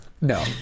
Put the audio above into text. No